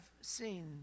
seen